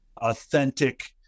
authentic